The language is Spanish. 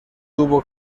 tuvo